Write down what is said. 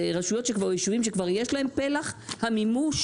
רשויות, ישובים שכבר יש להם פלח, המימוש